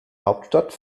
hauptstadt